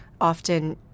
often